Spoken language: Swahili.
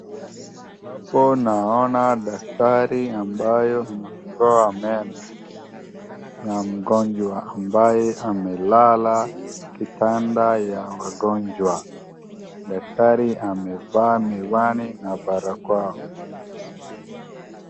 Hapo naona daktari ambayo anangoa meno na mgonjwa ambaye amelala kitanda ya wagonjwa daktari amevaa miwani na barakoa.